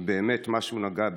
כי באמת משהו נגע בי,